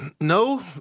No